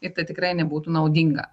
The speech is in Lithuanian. ir tai tikrai nebūtų naudinga